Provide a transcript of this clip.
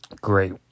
Great